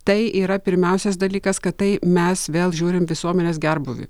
tai yra pirmiausias dalykas kad tai mes vėl žiūrim visuomenės gerbūvį